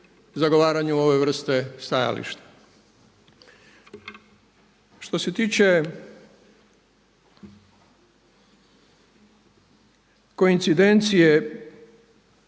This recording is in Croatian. zagovaranju ove vrste stajališta. Što se tiče koincidencije